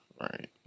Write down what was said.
right